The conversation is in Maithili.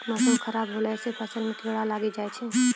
मौसम खराब हौला से फ़सल मे कीड़ा लागी जाय छै?